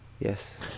Yes